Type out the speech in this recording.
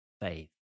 faith